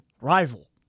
rival